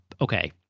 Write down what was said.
okay